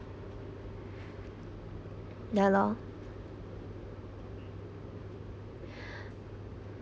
ya lor